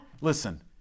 listen